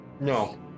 No